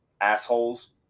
assholes